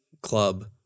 club